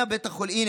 הינה,